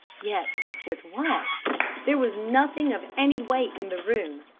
yet with what there was nothing of any weight in the room!